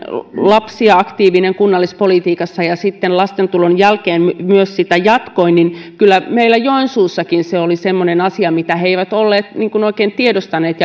lapsia aktiivinen kunnallispolitiikassa ja sitten lasten tulon jälkeen myös sitä jatkoin että kyllä meillä joensuussakin se oli semmoinen asia mitä he eivät olleet oikein tiedostaneet